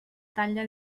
talla